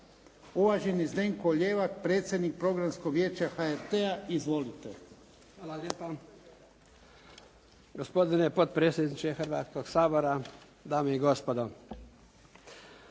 Uvaženi Zdenko Ljevak predsjednik Programskog vijeća HRT-a. Izvolite. **Ljevak, Zdenko** Hvala lijepa. Gospodine potpredsjedniče Hrvatskoga sabora, dame i gospodo.